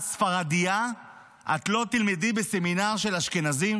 ספרדייה את לא תלמדי בסמינר של אשכנזים,